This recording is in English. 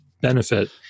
benefit